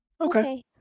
okay